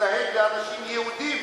ומתנהג לאנשים יהודים